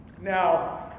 Now